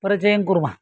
परिचयं कुर्मः